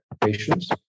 patients